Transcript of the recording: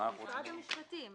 ואם זה בנושא בדיקות אחרות?